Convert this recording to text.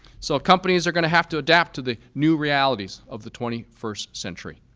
so companies are going to have to adapt to the new realities of the twenty first century.